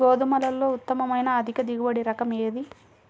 గోధుమలలో ఉత్తమమైన అధిక దిగుబడి రకం ఏది?